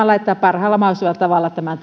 laittaa parhaalla mahdollisella tavalla tämän